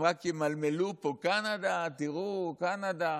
הם רק ימלמלו פה: קנדה, תראו, קנדה.